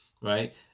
Right